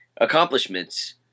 accomplishments